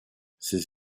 ses